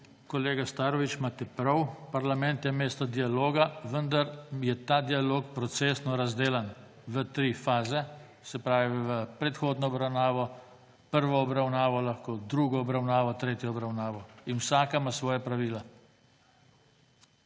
kolega Starović, imate prav, parlament je mesto dialoga, vendar je ta dialog procesno razdelan v tri faze, se pravi v predhodno obravnavo, prvo obravnavo, drugo obravnavo, tretjo obravnavo. In vsaka ima svoja pravila.